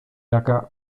jaka